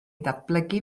ddatblygu